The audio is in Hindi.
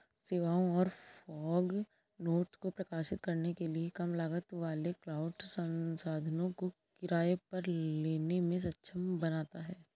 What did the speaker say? सेवाओं और फॉग नोड्स को प्रकाशित करने के लिए कम लागत वाले क्लाउड संसाधनों को किराए पर लेने में सक्षम बनाता है